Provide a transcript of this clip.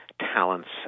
talents